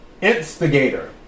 Instigator